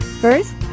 First